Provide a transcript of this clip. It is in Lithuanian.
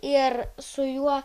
ir su juo